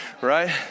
right